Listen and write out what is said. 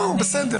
נו, בסדר.